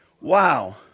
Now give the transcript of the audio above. Wow